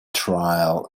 trial